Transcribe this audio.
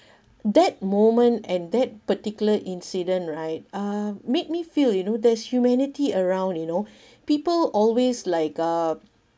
that moment and that particular incident right uh made me feel you know there's humanity around you know people always like uh